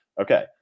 Okay